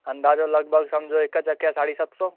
अंदाज़ो लॻिभॻि सम्झो हिक चके जा साढी सत सौ